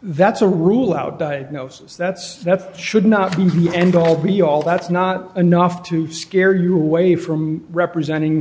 that's a rule out diagnosis that's that's should not end all be all that's not enough to scare you away from representing